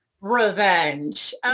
revenge